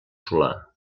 solà